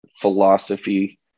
philosophy